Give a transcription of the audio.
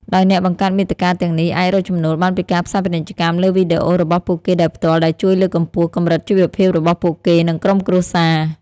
ដោយអ្នកបង្កើតមាតិកាទាំងនេះអាច រកចំណូលបានពីការផ្សាយពាណិជ្ជកម្មលើវីដេអូរបស់ពួកគេដោយផ្ទាល់ ដែលជួយលើកកម្ពស់កម្រិតជីវភាពរបស់ពួកគេ និងក្រុមគ្រួសារ។